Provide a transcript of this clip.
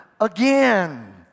again